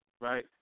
right